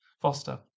Foster